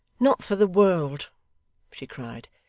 not for the world she cried.